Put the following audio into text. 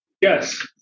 Yes